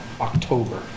October